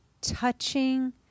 touching